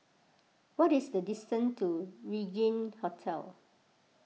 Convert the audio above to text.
what is the distance to Regin Hotel